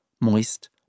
moist